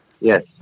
Yes